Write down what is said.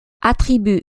attribue